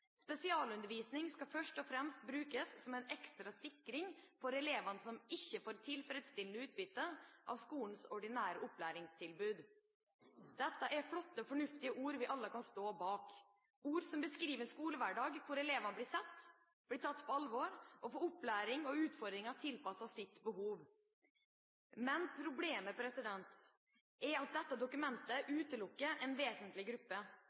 skal bli bedre og at spesialundervisningen først og fremst skal brukes som en ekstra sikring for elever som ikke får tilfredsstillende utbytte av skolens ordinære opplæringstilbud.» Dette er flotte og fornuftige ord som vi alle kan stå bak – ord som beskriver en skolehverdag hvor elevene blir sett, blir tatt på alvor og får opplæring og utfordringer tilpasset sine behov. Men problemet er at dette dokumentet utelukker en